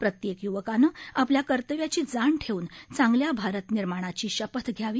प्रत्येक य्वकानं आपल्या कर्तव्याची जाण ठेवून चांगल्या भारत निर्माणाची शपथ घ्यावी